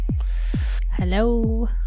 Hello